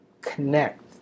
connect